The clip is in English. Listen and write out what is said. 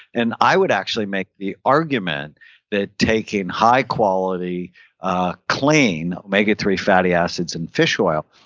and i would actually make the argument that taking high quality ah clean omega three fatty acids in fish oil,